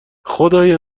خدای